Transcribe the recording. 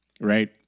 right